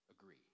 agree